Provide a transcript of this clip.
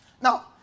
now